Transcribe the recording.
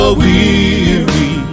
weary